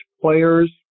players